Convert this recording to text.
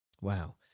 Wow